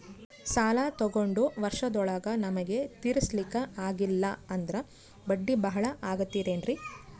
ಸಾಲ ತೊಗೊಂಡು ವರ್ಷದೋಳಗ ನಮಗೆ ತೀರಿಸ್ಲಿಕಾ ಆಗಿಲ್ಲಾ ಅಂದ್ರ ಬಡ್ಡಿ ಬಹಳಾ ಆಗತಿರೆನ್ರಿ?